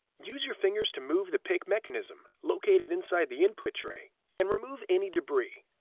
use your fingers to move the pick mechanism located inside the input tray and remove any debris.